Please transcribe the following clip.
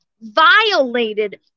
violated